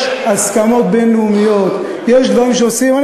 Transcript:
יש הסכמות בין-לאומיות, יש דברים שעושים.